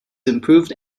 improved